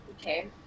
Okay